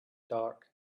dark